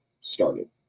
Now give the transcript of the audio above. started